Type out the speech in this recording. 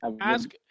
Ask